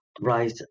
right